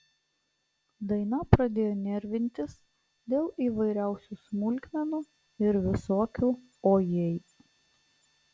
daina pradėjo nervintis dėl įvairiausių smulkmenų ir visokių o jei